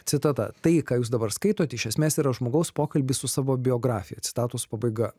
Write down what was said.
citata tai ką jūs dabar skaitote iš esmės yra žmogaus pokalbis su savo biografija citatos pabaiga